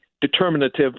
determinative